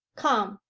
come,